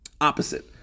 Opposite